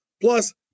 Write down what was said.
Plus